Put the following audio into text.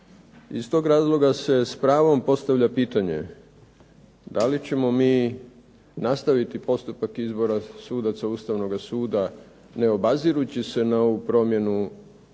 Iz tog razloga se s pravom postavlja pitanje da li ćemo mi nastaviti postupak izbora sudaca Ustavnoga suda ne obazirući se na ovu promjenu